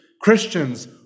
Christians